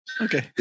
Okay